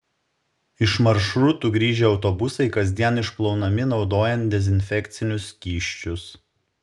iš maršrutų grįžę autobusai kasdien išplaunami naudojant dezinfekcinius skysčius